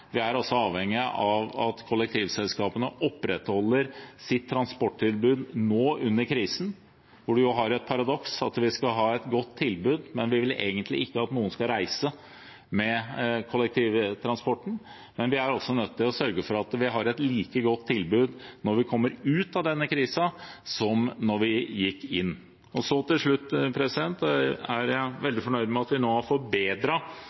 Vi er avhengige av at kollektivselskapene opprettholder sitt transporttilbud under krisen. Paradokset er at vi skal ha et godt tilbud, men vi vil egentlig ikke at noen skal reise med kollektivtransporten. Men vi er altså nødt til å sørge for at vi har et like godt tilbud når vi kommer ut av denne krisen, som da vi gikk inn. Så, til slutt: Jeg er veldig fornøyd med at vi nå også har